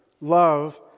love